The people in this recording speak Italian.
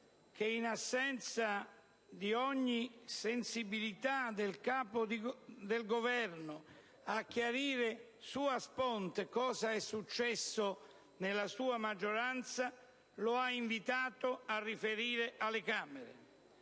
che, in assenza di ogni sensibilità del Capo del Governo a chiarire *sua sponte* cosa è successo nella sua maggioranza, lo ha invitato a riferire alle Camere.